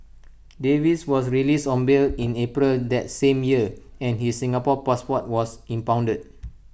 Davies was released on bail in April that same year and his Singapore passport was impounded